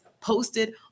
posted